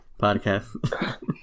podcast